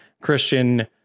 Christian